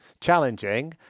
challenging